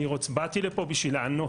באתי לפה בשביל לענות,